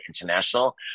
International